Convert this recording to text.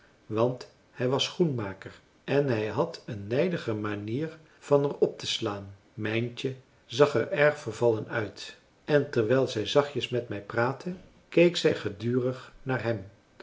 want hij was schoenmaker en hij had een nijdige manier van er op te slaan mijntje zag er erg vervallen uit en terwijl zij zachtjes met mij praatte keek zij gedurig naar hem